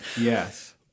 Yes